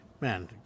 man